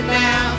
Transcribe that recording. now